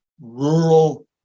rural